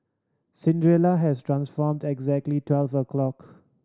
has dress transformed exactly twelve o' clock